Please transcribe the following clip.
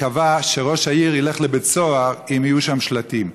קבע שראש העיר ילך לבית סוהר אם יהיו שם שלטים.